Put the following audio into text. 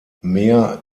mehr